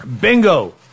bingo